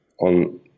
on